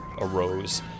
arose